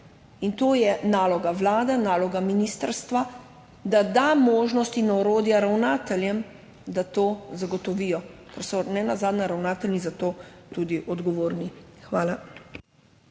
In to je naloga vlade, naloga ministrstva – da da možnost in orodja ravnateljem, da to zagotovijo, ker so nenazadnje ravnatelji za to odgovorni. Hvala.